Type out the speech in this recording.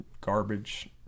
garbage